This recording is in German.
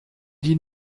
die